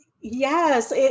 Yes